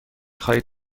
خواهید